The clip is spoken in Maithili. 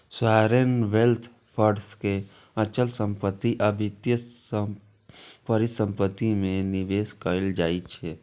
सॉवरेन वेल्थ फंड के अचल संपत्ति आ वित्तीय परिसंपत्ति मे निवेश कैल जाइ छै